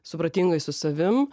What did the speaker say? supratingai su savim